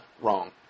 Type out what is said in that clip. wrong